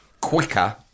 Quicker